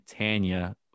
Tanya